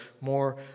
more